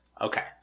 Okay